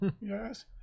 Yes